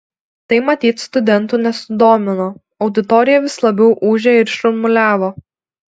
tai matyt studentų nesudomino auditorija vis labiau ūžė ir šurmuliavo